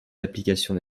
d’application